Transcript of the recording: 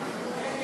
להביע